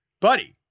buddy